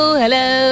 hello